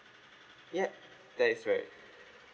yup that is right